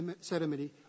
ceremony